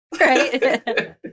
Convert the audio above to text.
right